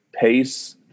pace